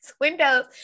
windows